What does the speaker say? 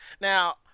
Now